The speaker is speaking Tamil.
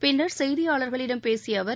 பின்னர் செய்தியாளர்களிடம் பேசிய அவர்